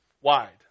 Wide